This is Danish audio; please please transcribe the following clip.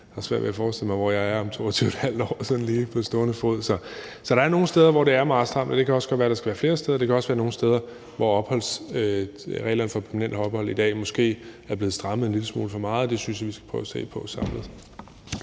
Jeg har svært ved at forestille mig sådan lige på stående fod, hvor jeg er om 22½ år. Så der er nogle steder, hvor det er meget stramt, og det kan også godt være, at der skal være flere steder, og det kan også være, at opholdsreglerne for permanent ophold nogle steder i dag måske er blevet strammet en lille smule for meget, og det synes jeg vi skal prøve at se på samlet.